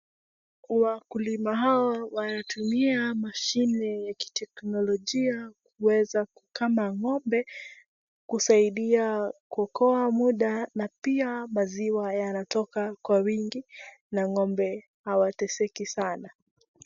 Wakulima hawa wanatumia mashine ya kiteknolojia kuweza kukama ngombe kusaidia kuokoa mda na pia maziwa yanatoka kwa wingi na ngombe hawateseki sana.